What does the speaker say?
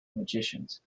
magicians